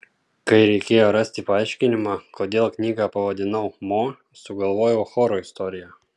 kai reikėjo rasti paaiškinimą kodėl knygą pavadinau mo sugalvojau choro istoriją